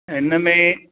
ऐं हिन में